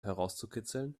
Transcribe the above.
herauszukitzeln